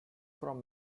from